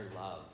love